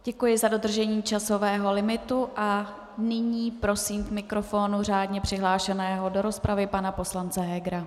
Děkuji za dodržení časového limitu a nyní prosím k mikrofonu řádně přihlášeného do rozpravy pana poslance Hegera.